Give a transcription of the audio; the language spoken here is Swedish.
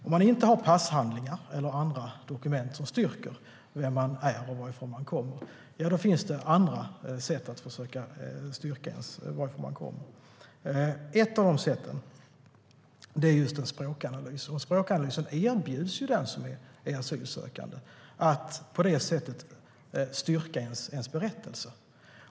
Om man inte har passhandlingar eller andra dokument som styrker vem man är och varifrån man kommer finns det andra sätt att försöka styrka det. Ett av de sätten är just en språkanalys. Språkanalys erbjuds den som är asylsökande. På det sättet kan ens berättelse styrkas.